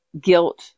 guilt